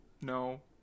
No